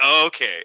okay